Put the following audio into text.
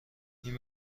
این